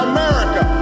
America